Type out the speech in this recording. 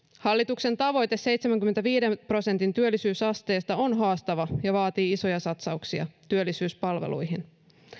hallituksen tavoite seitsemänkymmenenviiden prosentin työllisyysasteesta on haastava ja vaatii isoja satsauksia työllisyyspalveluihin